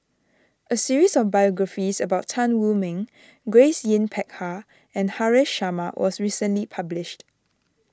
a series of biographies about Tan Wu Meng Grace Yin Peck Ha and Haresh Sharma was recently published